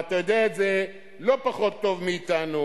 ואתה יודע את זה לא פחות טוב מאתנו,